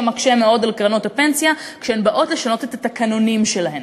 שמקשה מאוד על קרנות הפנסיה כשהן באות לשנות את התקנונים שלהן.